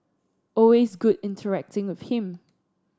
always good interacting with him